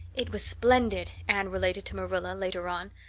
it was splendid, anne related to marilla later on.